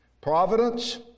providence